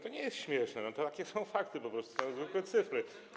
To nie jest śmieszne, takie są fakty po prostu, to są zwykłe cyfry.